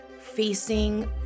facing